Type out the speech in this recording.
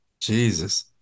Jesus